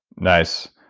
nice.